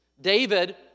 David